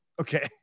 Okay